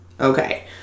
Okay